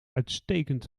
uitstekend